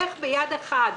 איך ביד אחת